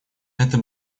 это